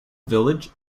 village